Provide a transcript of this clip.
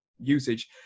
usage